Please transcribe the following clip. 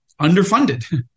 underfunded